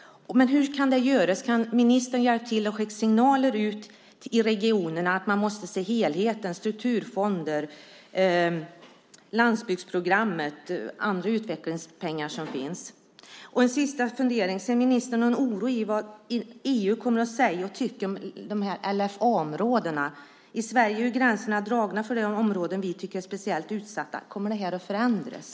Men hur kan det åstadkommas? Kan ministern hjälpa till med att skicka signaler till regionerna om att man måste se helheten? Det gäller då strukturfonder, landsbygdsprogrammet och andra utvecklingspengar som finns. En sista fundering gäller följande: Ser ministern någon oro när det gäller vad EU kommer att säga och tycka om LFA-områdena? I Sverige är ju gränserna dragna för de områden som vi tycker är speciellt utsatta. Kommer det här att förändras?